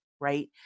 right